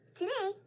today